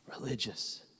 religious